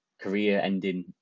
career-ending